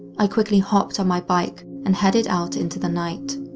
i quickly hopped on by bike and headed out into the night.